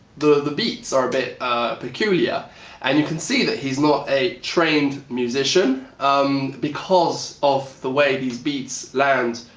the the beats are a bit peculiar and you can see that he's not a trained musician um because of the way these beats land